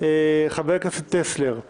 חבר הכנסת טסלר;